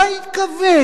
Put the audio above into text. מה התכוון?